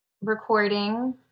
recording